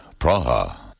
Praha